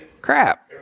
Crap